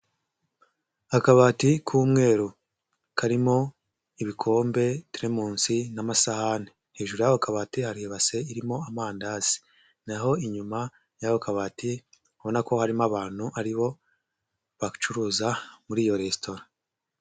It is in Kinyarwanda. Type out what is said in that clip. Akabati k'umweru karimo ibikombe, teremusi n'amasahani. Hejuru y'ako kabati hari ibase irimo amandazi; naho inyuma y'ako urabona ko harimo abantu barimo baracuruza muri iyo resitora.